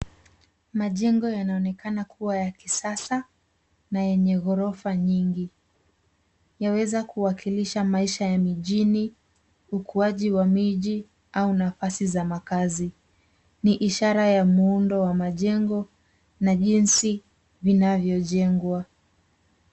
Majengo yanaonekana kuwa ya kisasa, na yenye ghorofa nyingi. Yaweza kuwakilisha maisha ya mijini, ukuaji wa miji au nafasi za makazi. Ni ishara ya muundo wa majengo na jinsi vinavyojengwa.